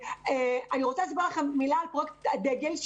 אני רוצה לספר לכם מילה על פרויקט הדגל,